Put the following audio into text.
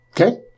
Okay